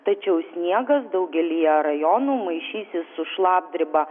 tačiau sniegas daugelyje rajonų maišysis su šlapdriba